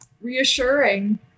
reassuring